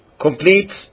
completes